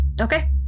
Okay